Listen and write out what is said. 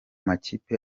makipe